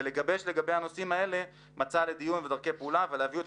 לגבש לגבי נושאים אלו מצע לדיון ודרכי פעולה ולהביאם